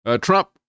Trump